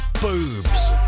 Boobs